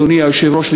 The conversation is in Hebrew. אדוני היושב-ראש,